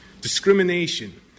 discrimination